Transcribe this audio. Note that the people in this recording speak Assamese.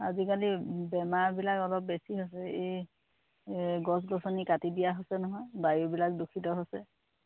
আজিকালি বেমাৰবিলাক অলপ বেছি এই গছ গছনি কাটি দিয়া হৈছে নহয় বায়ুবিলাক দূষিত হৈছে